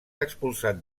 expulsat